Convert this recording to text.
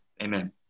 amen